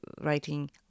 writing